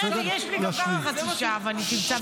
אבל היא אומרת שגם בימי שגרה לא צריך להעלות חוקים שהם לא בהסכמה.